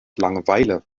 langeweile